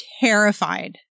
Terrified